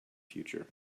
future